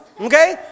okay